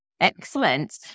Excellent